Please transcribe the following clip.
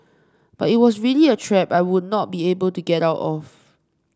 but it was really a trap I would not be able to get out of